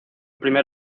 primer